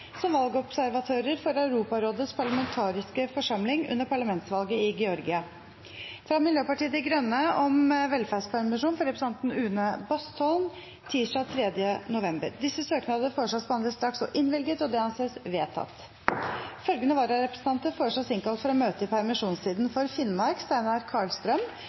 som valgobservatør for Europarådets parlamentariske forsamling under parlamentsvalget i Georgia fra Miljøpartiet De Grønnes stortingsgruppe om velferdspermisjon for representanten Une Bastholm tirsdag 3. november. Etter forslag fra presidenten ble enstemmig besluttet: Søknadene behandles straks og innvilges. Følgende vararepresentanter innkalles for å møte i permisjonstiden: For Finnmark: Steinar Karlstrøm